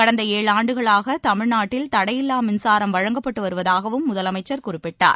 கடந்த ஏழு ஆண்டுகளாக தமிழ்நாட்டில் தடையில்லா மின்சாரம் வழங்கப்பட்டு வருவதாகவும் முதலமைச்சர் குறிப்பிட்டார்